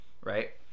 right